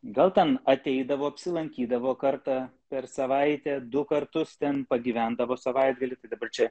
gal ten ateidavo apsilankydavo kartą per savaitę du kartus ten pagyvendavo savaitgalį tai dabar čia